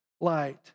light